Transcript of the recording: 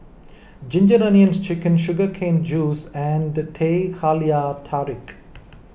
Ginger Onions Chicken Sugar Cane Juice and Teh Halia Tarik